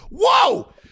whoa